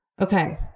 Okay